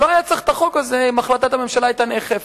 לא היה צריך את החוק הזה אם החלטת הממשלה היתה נאכפת.